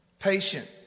Patient